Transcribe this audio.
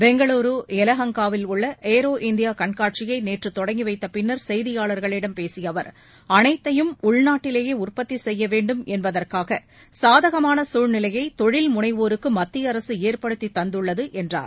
பெங்களூரூ எலஹங்காவில் உள்ள aero India கண்காட்சியை நேற்று தொடங்கி வைத்த பின்னர் செய்தியாளர்களிடம் பேசிய அவர் அனைத்தையும் உள்நாட்டிலேயே உற்பத்தி செய்ய வேண்டும் என்பதற்காக சாதகமான சூழ்நிலையை தொழில் முனைவோருக்கு மத்திய அரசு ஏற்படுத்தி தந்துள்ளது என்றார்